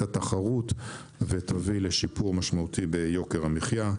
התחרות ותביא לשיפור משמעותי ביוקר המחיה.